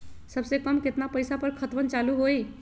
सबसे कम केतना पईसा पर खतवन चालु होई?